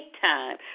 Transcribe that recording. time